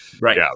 right